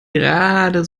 gerade